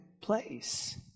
place